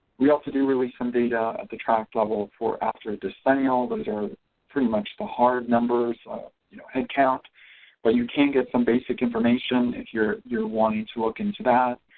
we also do release some data at the tract level for, after decennial those are pretty much the hard numbers you know head count but you can get some basic information if you're you're wanting to look into that